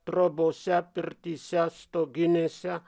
trobose pirtyse stoginėse